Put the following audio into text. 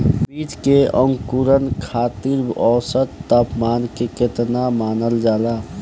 बीज के अंकुरण खातिर औसत तापमान केतना मानल जाला?